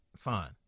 Fine